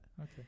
Okay